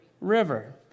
River